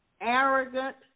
Arrogant